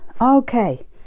okay